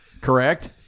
Correct